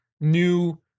new